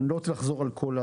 אני לא רוצה לחזור על הכל.